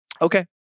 Okay